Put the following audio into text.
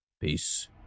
Peace